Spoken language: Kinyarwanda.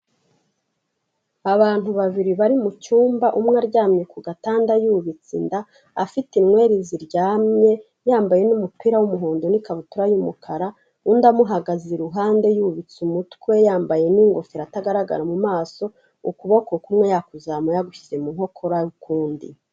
Abantu babiri bari mu cyumba umwe aryamye ku gatanda yubitse inda, afite inweri ziryamye, yambaye n'umupira w'umuhondo n'ikabutura y'umukara, undi amuhagaze iruhande yubitse umutwe yambaye n'ingofero atagaragara mu maso, ukuboko kumwe yakuzamuye yagushyize mu nkokora y'ukundi.